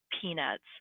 peanuts